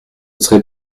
serez